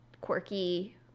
quirky